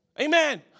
Amen